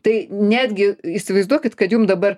tai netgi įsivaizduokit kad jum dabar